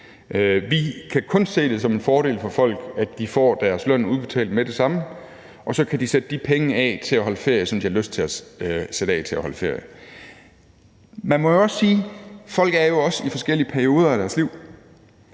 Vi kan kun se det som en fordel for folk, at de får deres løn udbetalt med det samme, og at de så kan sætte de penge af til at holde ferie med, som de har lyst til at sætte af til at holde ferie med. Man må også sige, at folk er i forskellige perioder af deres liv,